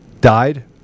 died